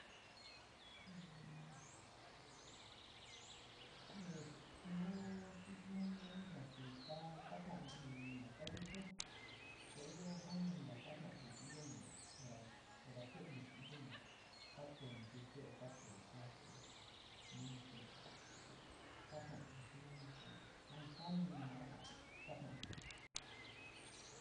In, no tu, tu, jinida yua te kaa ta´auvi taka yutnu ko iyo ja janini katauvi nu ora teénte, chi iyo nu katao in tute, kata sua to vinte te kaliau viri nu nu ku janí, janí ini mada ja katao´o.